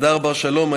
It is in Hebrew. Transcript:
הדר בר-שלום,